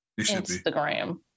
instagram